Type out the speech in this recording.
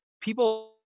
people